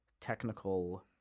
technical